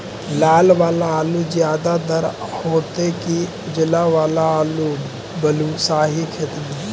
लाल वाला आलू ज्यादा दर होतै कि उजला वाला आलू बालुसाही खेत में?